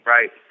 Right